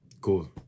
Cool